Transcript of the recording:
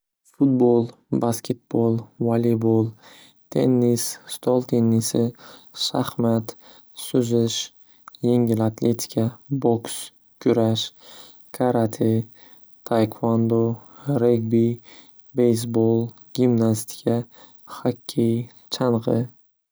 Fudbol, Basketbol, Valeybol, Tennis, Stol tennisi, Shaxmat, Suzish, Yengil atletika, Boks, Kurash, Karate, Taekvando, Regbi, Beysbol, Gimnastika, Hakkey, Chang'i.